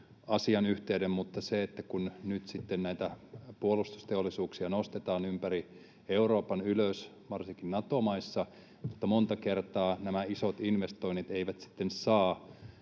asiayhteyden, mutta kun nyt sitten näitä puolustusteollisuuksia nostetaan ylös ympäri Euroopan varsinkin Nato-maissa, niin monta kertaa nämä isot investoinnit eivät saa